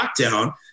lockdown